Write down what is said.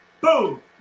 Boom